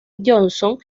johnson